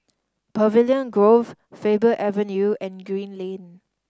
Pavilion Grove Faber Avenue and Green Lane